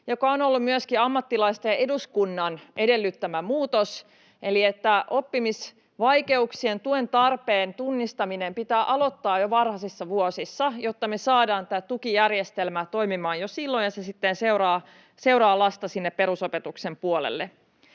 joka on ollut myöskin ammattilaisten ja eduskunnan edellyttämä muutos eli se, että oppimisvaikeuksien tuen tarpeen tunnistaminen pitää aloittaa jo varhaisissa vuosissa, jotta me saadaan tämä tukijärjestelmä toimimaan jo silloin ja se sitten seuraa lasta sinne perusopetuksen puolelle.